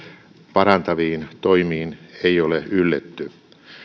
parantaviin toimiin ei ole ylletty